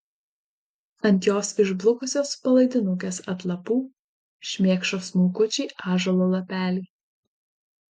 ant jos išblukusios palaidinukės atlapų šmėkšo smulkučiai ąžuolo lapeliai